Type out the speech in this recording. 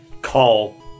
call